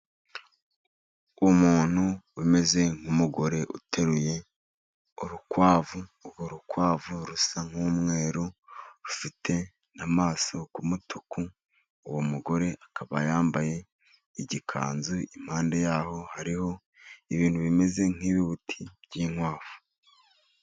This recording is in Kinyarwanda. Umuntu umeze nk'umugore uteruye urukwavu, urwo rukwavu rusa nk'umweru, rufite amaso y'umutuku, uwo mugore akaba yambaye igikanzu, impande yaho hariho ibintu bimeze nk'ibibuti by'inkwavu.